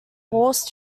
horse